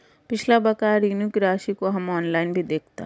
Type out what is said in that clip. पिछला बकाया ऋण की राशि को हम ऑनलाइन भी देखता